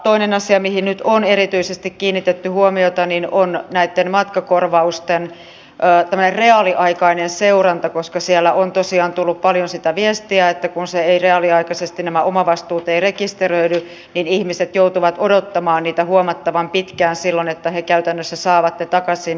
toinen asia mihin nyt on erityisesti kiinnitetty huomiota on näitten matkakorvausten reaaliaikainen seuranta koska siellä on tosiaan tullut paljon sitä viestiä että kun nämä omavastuut eivät reaaliaikaisesti rekisteröidy niin ihmiset joutuvat silloin odottamaan niitä huomattavan pitkään jotta he käytännössä saavat ne takaisin